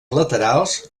laterals